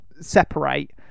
separate